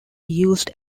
used